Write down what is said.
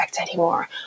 anymore